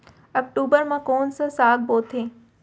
अक्टूबर मा कोन से साग बोथे?